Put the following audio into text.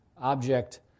object